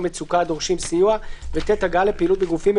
מצוקה הדורשים סיוע; וגם: (ט)הגעה לפעילות בגופים,